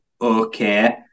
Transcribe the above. okay